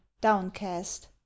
downcast